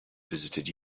visited